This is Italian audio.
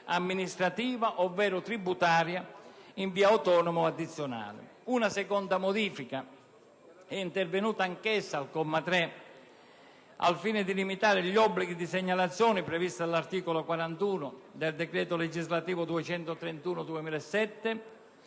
amministrativa ovvero tributaria, in via autonoma o addizionale. Una seconda modifica è intervenuta anch'essa al comma 3 al fine di limitare gli obblighi di segnalazione previsti all'articolo 41 del decreto legislativo n. 231 del 2007,